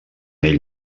ell